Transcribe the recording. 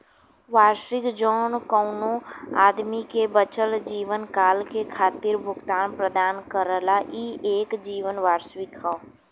वार्षिकी जौन कउनो आदमी के बचल जीवनकाल के खातिर भुगतान प्रदान करला ई एक जीवन वार्षिकी हौ